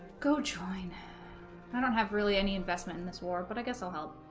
go china i don't have really any investment in this war but i guess i'll help